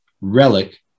relic